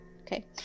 Okay